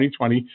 2020